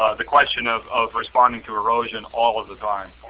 ah the question of of responding to erosion all of the time.